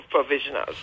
provisionals